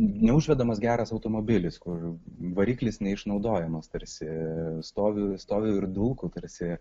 neužvedamas geras automobilis kur variklis neišnaudojamas tarsi stovi stovi ir dulka tarsi